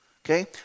Okay